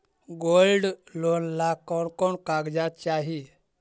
Gold loan ला कौन कौन कागजात चाही?